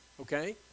Okay